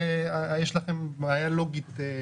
אז יש לכם בעיה לוגית.